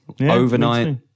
overnight